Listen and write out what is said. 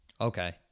okay